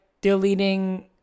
deleting